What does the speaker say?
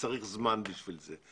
וצריך זמן בשביל זה.